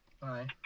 Bye